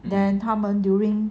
then 他们 during